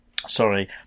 Sorry